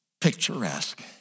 picturesque